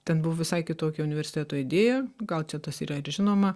ten buvo visai kitokia universiteto idėja gal čia tas yra ir žinoma